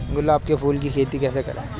गुलाब के फूल की खेती कैसे करें?